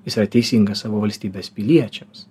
jis yra teisingas savo valstybės piliečiams